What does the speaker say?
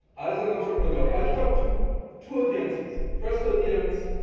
as an entrepreneur? i'll talk to two audiences. first audience,